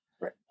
Right